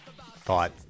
thought